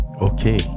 okay